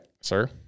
sir